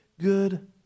good